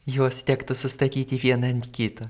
juos tektų sustatyti vieną ant kito